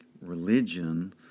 religion